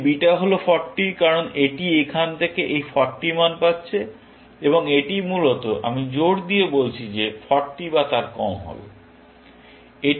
এই বিটা হল 40 কারণ এটি এখান থেকে এই 40 মান পাচ্ছে এবং এটি মূলত আমি জোর দিয়ে বলছি যে 40 বা তার কম হবে